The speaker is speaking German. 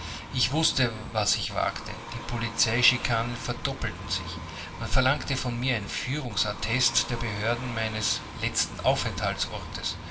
ich wußte was ich wagte die polizeischikanen verdoppelten sich man verlangte von mir ein führungsattest der behörden meines letzten